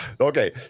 Okay